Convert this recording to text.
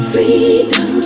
Freedom